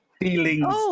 feelings